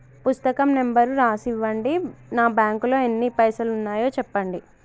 పుస్తకం నెంబరు రాసి ఇవ్వండి? నా బ్యాంకు లో ఎన్ని పైసలు ఉన్నాయో చెప్పండి?